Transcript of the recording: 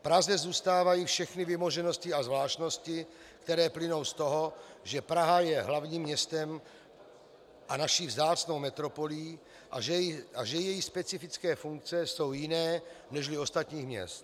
Praze zůstávají všechny vymoženosti a zvláštnosti, které plynou z toho, že Praha je hlavním městem a naší vzácnou metropolí a že její specifické funkce jsou jiné nežli ostatních měst.